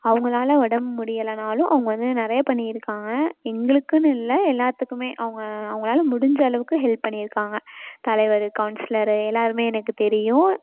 அவங்களால் உடம்பு முடியலைன்னாலும் அவங்க வந்து நிறைய பண்ணி இருக்காங்க எங்களுக்குன்னு இல்லை எல்லாத்துக்குமே அவங்க அவங்களால் முடிஞ்ச அளவுக்கு ஹெல்ப் பண்ணியிருக்காங்க தலைவர் கவுன்சிலரு எல்லோருமே எனக்குத் தெரியும்